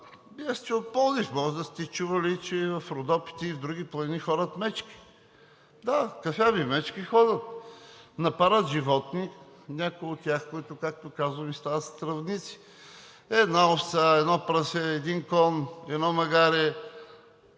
сте от Пловдив, може да сте чували, че в Родопите и в други планини ходят мечки. Да, кафяви мечки ходят, нападат животни, някои от тях, които, както казваме, стават стръвници – една овца, едно прасе, един кон, едно магаре,